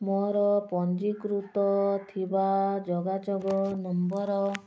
ମୋର ପଞ୍ଜୀକୃତ ଥିବା ଯୋଗାଯୋଗ ନମ୍ବର